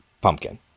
pumpkin